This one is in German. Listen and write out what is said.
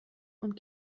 und